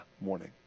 morning